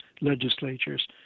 legislatures